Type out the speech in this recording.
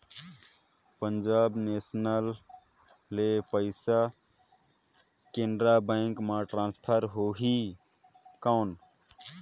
Punjab national ले पइसा Canara bank मे ट्रांसफर होहि कौन?